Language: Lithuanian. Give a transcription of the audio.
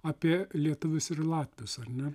apie lietuvius ir latvius ar ne